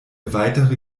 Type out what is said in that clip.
weitere